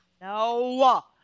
No